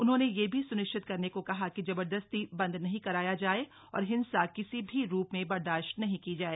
उन्होंने यह भी सुनिश्चित करने को कहा कि जबरदस्ती बन्द नहीं कराया जाए और हिंसा किसी भी रूप में बर्दाशत नहीं की जाए